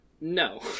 No